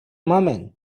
moment